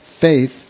faith